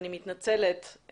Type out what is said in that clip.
ואני מתנצלת,